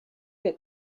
que